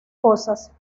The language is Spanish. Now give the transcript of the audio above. cosas